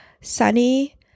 sunny